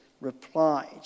replied